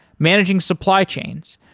managing supply chains,